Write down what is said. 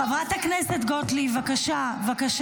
חברת הכנסת גוטליב, בבקשה.